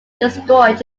destroyed